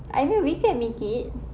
I feel we can make it